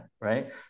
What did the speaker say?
Right